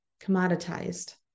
commoditized